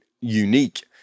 unique